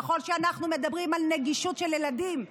כשאנחנו מדברים על נגישות של ילדים לשירותים,